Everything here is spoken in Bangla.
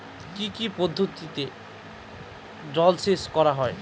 কি কি পদ্ধতিতে জলসেচ করা হয়?